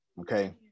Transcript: okay